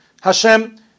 Hashem